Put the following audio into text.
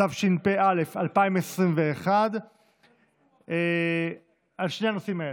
התשפ"א 2021. על שני הנושאים האלה.